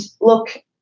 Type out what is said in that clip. look